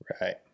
Right